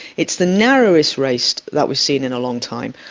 it's the narrowest race that we've seen in a long time,